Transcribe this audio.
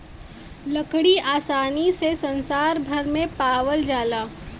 लकड़ी आसानी से संसार भर में पावाल जाला